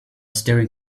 staring